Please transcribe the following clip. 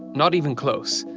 not even close.